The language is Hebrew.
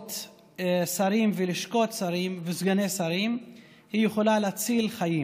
משרות שרים ולשכות שרים וסגני שרים היא יכולה להציל חיים.